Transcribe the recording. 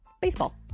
Baseball